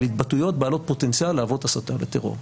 של התבטאויות בעלות פוטנציאל להוות הסתה לטרור.